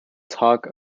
talk